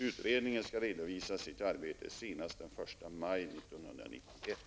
Utredningen skall redovisa sitt arbete senast den 1